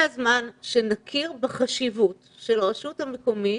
הזמן שנכיר בחשיבות של הרשות המקומית